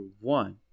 one